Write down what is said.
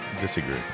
Disagree